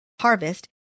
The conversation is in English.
harvest